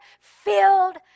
filled